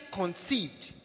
conceived